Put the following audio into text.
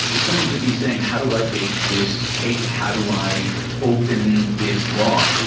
someone could be saying how do i bake this cake? how do i open this lock?